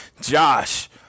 Josh